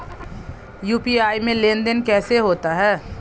UPI में लेनदेन कैसे होता है?